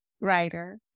writer